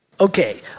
Okay